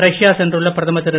Russia சென்றுள்ள பிரதமர் திரு